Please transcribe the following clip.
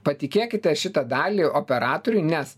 patikėkite šitą dalį operatoriui nes